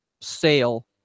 sale